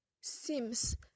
seems